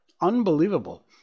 Unbelievable